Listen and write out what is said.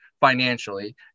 financially